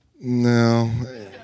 no